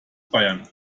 bayern